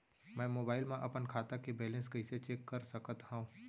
मैं मोबाइल मा अपन खाता के बैलेन्स कइसे चेक कर सकत हव?